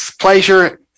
pleasure